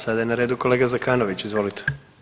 Sada je na redu kolega Zekanović, izvolite.